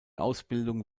ausbildung